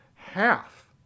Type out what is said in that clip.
half